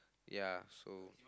ya so